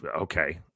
Okay